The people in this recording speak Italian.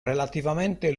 relativamente